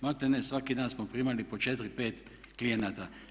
Maltene svaki dan smo primali po 4, 5 klijenata.